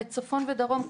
צפון ודרום,